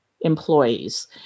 employees